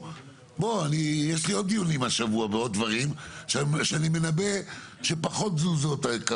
יש לי עוד דיונים השבוע שאני מנבא להן פחות תזוזות,